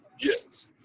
Yes